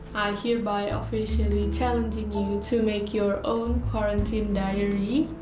hereby ah officially challenging you to make your own quarantine diary